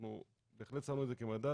אנחנו בהחלט שמנו את זה כמדד,